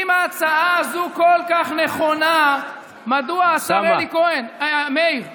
אם ההצעה הזו כל כך נכונה, מדוע, השר מאיר כהן,